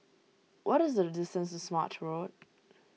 what is the distance to Smart Road